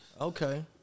Okay